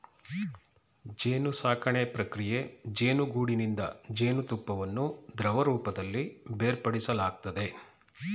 ಜೇನುಸಾಕಣೆ ಪ್ರಕ್ರಿಯೆ ಜೇನುಗೂಡಿನಿಂದ ಜೇನುತುಪ್ಪವನ್ನು ದ್ರವರೂಪದಲ್ಲಿ ಬೇರ್ಪಡಿಸಲಾಗ್ತದೆ